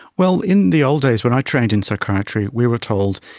well, in the old days when i trained in psychiatry we were told,